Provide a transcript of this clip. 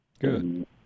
Good